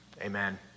Amen